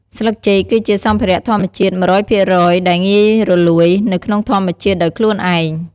ស្លឹកចេកគឺជាសម្ភារៈធម្មជាតិ ១០០ភាគរយដែលងាយរលួយ នៅក្នុងធម្មជាតិដោយខ្លួនឯង។